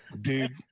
dude